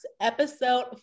episode